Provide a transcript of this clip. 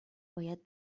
باید